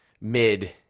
mid